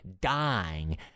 dying